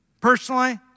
personally